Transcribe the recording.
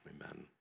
Amen